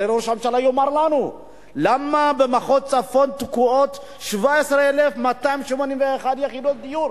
אולי ראש הממשלה יאמר לנו מדוע במחוז צפון תקועות 17,281 יחידות דיור,